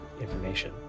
information